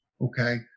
okay